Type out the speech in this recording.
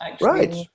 Right